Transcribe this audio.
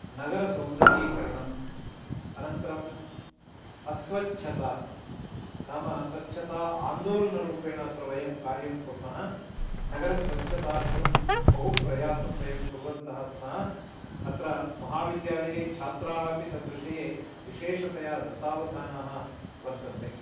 नगरसौन्दरीकरणम् अनन्तरम् अस्वच्छता नाम स्वच्छता आन्दोलनरूपेण अत्र वयं कार्यं कुर्मः नगरस्वच्छतार्थं बहु प्रयासं वयं कुर्वन्तः स्मः अत्र महाविद्यालये छात्राः अपि तद्विषये विशेषतया दत्तावधानाः वर्तन्ते